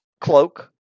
cloak